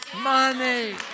money